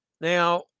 Now